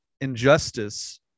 injustice